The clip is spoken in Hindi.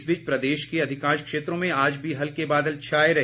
इस बीच प्रदेश के अधिकांश क्षेत्रों में आज भी हल्के बादल छाए रहे